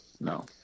no